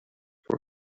for